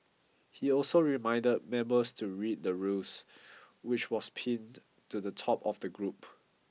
he also reminded members to read the rules which was pinned to the top of the group